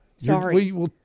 Sorry